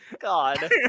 god